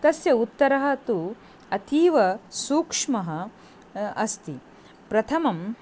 तस्य उत्तरः तु अतीवसूक्ष्मः अस्ति प्रथमम्